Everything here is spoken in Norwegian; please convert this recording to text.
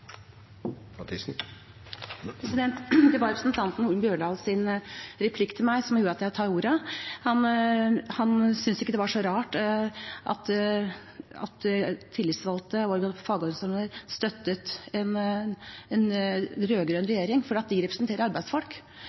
Holen Bjørdals visitt til meg som gjorde at jeg tok ordet. Han syntes ikke det var så rart at tillitsvalgte og fagorganisasjoner støttet en rød-grønn regjering – for de representerer arbeidsfolk.